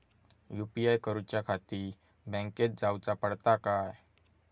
UPI करूच्याखाती बँकेत जाऊचा पडता काय?